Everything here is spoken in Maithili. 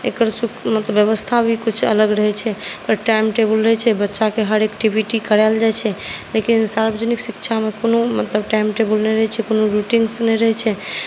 एकर मतलब व्यवस्था भी कुछ अलग रहैत छै एकर टाइम टेबल रहैत छै बच्चाकेँ हरेक एक्टिविटी करायल जाइत छै लेकिन सार्वजनिक शिक्षामे कोनो मतलब टाइम टेबल नहि रहैत छै कोनो रुटीन नहि रहैत छै